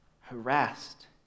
Harassed